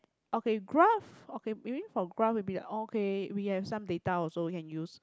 okay graph okay maybe from graph will be like okay we have some data also you can use